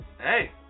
Hey